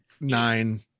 nine